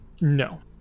no